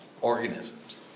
organisms